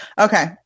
Okay